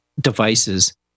devices